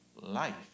Life